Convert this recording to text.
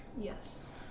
Yes